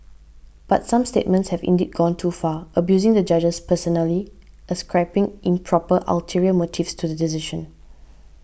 but some statements have indeed gone too far abusing the judges personally ascribing improper ulterior motives to the decision